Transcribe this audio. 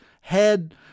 head